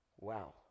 Wow